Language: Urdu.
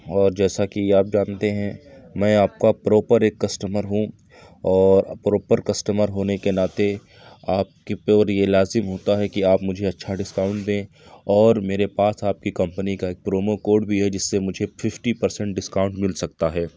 اور جیسا کہ آپ جانتے ہیں میں آپ کا پراپر ایک کسٹمر ہوں اور پراپر کسٹمر ہونے کے ناطے آپ کے پر لازم ہوتا ہے کہ مجھے اچھا ڈسکاؤنٹ دیں اور میرے پاس آپ کی کمپنی کا ایک پرومو کوڈ بھی ہے جس سے مجھ ففٹی پرسینٹ ڈسکاؤنٹ مل سکتا ہے